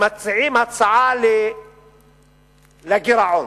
ומציעים הצעה לגבי הגירעון,